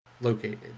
located